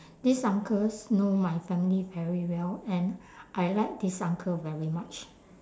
this uncles know my family very well and I like this uncle very much